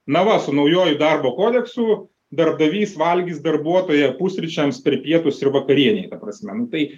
na va su naujuoju darbo kodeksu darbdavys valgys darbuotoją pusryčiams per pietus ir vakarienei ta prasme nu tai